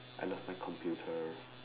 I love my computer